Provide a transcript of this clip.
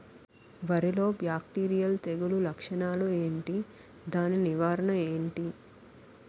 వరి లో బ్యాక్టీరియల్ తెగులు లక్షణాలు ఏంటి? దాని నివారణ ఏంటి?